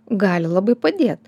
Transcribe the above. gali labai padėt